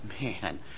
Man